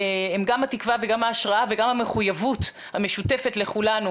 גם התקווה וגם ההשראה וגם המחויבות המשותפת לכולנו,